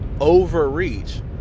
overreach